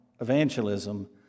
evangelism